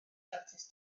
santes